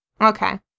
Okay